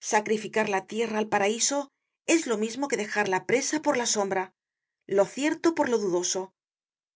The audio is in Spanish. sacrificar la tierra al paraiso es lo mismo que dejar la presa por la sombra lo cierto por lo dudoso